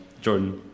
Jordan